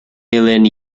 million